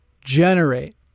generate